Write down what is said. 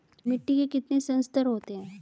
मिट्टी के कितने संस्तर होते हैं?